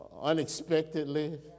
unexpectedly